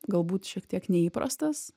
galbūt šiek tiek neįprastas